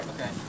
Okay